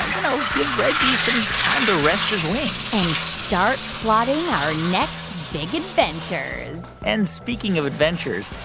ah you know, give reggie some time to rest his wings and start plotting our next big adventures and speaking of adventures,